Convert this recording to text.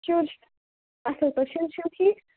شُرۍ چھِ اَصٕل پٲٹھۍ شُرۍ چھِو ٹھیٖک